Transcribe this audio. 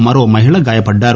మరో మహిళ గాయపడ్డారు